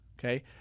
Okay